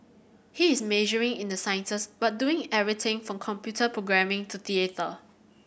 he is majoring in the sciences but doing everything from computer programming to theatre